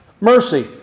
mercy